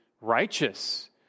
righteous